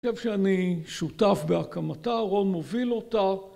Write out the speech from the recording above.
אני חושב שאני שותף בהקמתה, רון, מוביל אותה